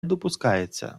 допускається